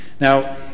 Now